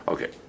Okay